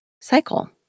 cycle